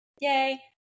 yay